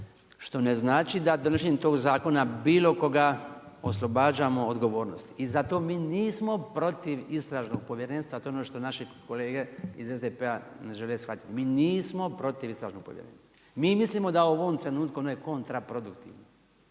što ne znači da donošenjem tog zakona bilo koga oslobađamo odgovornosti. I zato mi nismo protiv istražnog povjerenstva, a to je ono što naše kolege iz SDP-a ne žele shvatiti, mi nismo protiv istražnog povjerenstva. Mi mislimo da u ovom trenutku je ono kontraproduktivno,